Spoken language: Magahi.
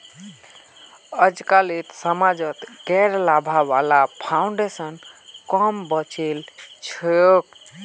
अजकालित समाजत गैर लाभा वाला फाउन्डेशन क म बचिल छोक